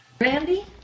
Randy